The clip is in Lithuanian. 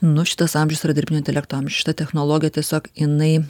nu šitas amžius yra dirbtinio intelekto amžius šita technologija tiesiog jinai